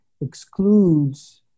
excludes